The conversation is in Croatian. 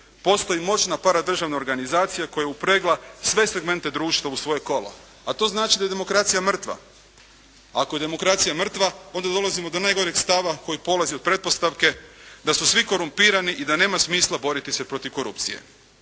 postoji moćna paradržavna organizacija koja je upregla sve segmente društva u svoje kolo, a to znači da je demokracija mrtva. Ako je demokracija mrtva onda dolazimo do najgoreg stava koji polazi od pretpostavke da su svi korumpirani i da nema smisla boriti se protiv korupcije.